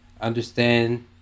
understand